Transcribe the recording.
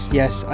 yes